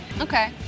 Okay